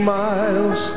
miles